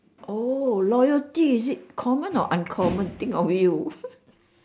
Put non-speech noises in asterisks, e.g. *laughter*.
oh loyalty is it common or uncommon think of you *laughs*